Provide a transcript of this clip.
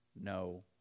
no